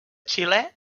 xilè